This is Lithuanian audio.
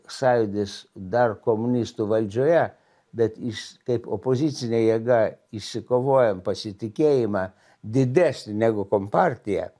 sąjūdis dar komunistų valdžioje bet jis kaip opozicinė jėga išsikovojam pasitikėjimą didesnį negu kompartija